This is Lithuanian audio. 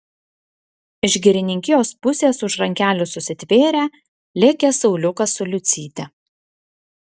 iš girininkijos pusės už rankelių susitvėrę lėkė sauliukas su liucyte